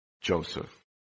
Joseph